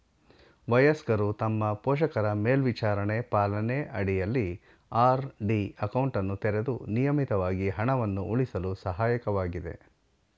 ವಯಸ್ಕರು ತಮ್ಮ ಪೋಷಕರ ಮೇಲ್ವಿಚಾರಣೆ ಪಾಲನೆ ಅಡಿಯಲ್ಲಿ ಆರ್.ಡಿ ಅಕೌಂಟನ್ನು ತೆರೆದು ನಿಯಮಿತವಾಗಿ ಹಣವನ್ನು ಉಳಿಸಲು ಸಹಾಯಕವಾಗಿದೆ